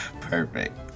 Perfect